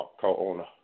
co-owner